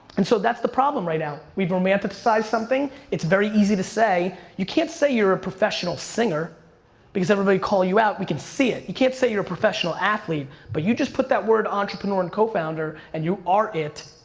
and so that's the problem right now. we've romanticized something, it's very easy to say, you can't say you're a professional singer because everybody would call you out, we can see it. you can't say you're a professional athlete. but you just put that word entrepreneur and co-founder and you are it,